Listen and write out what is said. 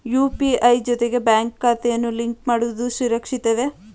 UPI ಜೊತೆಗೆ bank ಖಾತೆಯನ್ನು link ಮಾಡುವುದು ಸುರಕ್ಷಿತವೇ?